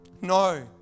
no